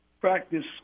practice